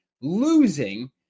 Losing